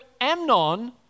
Amnon